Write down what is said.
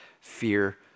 fear